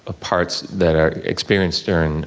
ah parts that are experienced during